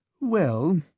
Well—